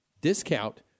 discount